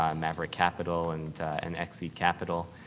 um maverick capital, and and exceed capital.